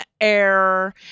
air